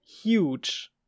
huge